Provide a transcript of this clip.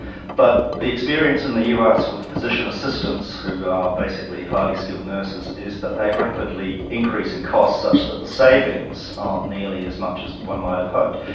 but the experience in the us with physician assistants, who are basically highly skilled nurses, is that they rapidly increased in cost such that the savings aren't nearly as much as one might have hoped.